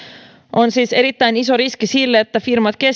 on siis erittäin iso riski sille että firmat